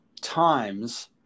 times